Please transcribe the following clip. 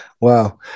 Wow